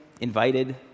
invited